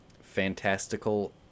fantastical